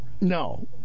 No